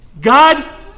God